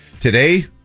Today